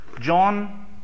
John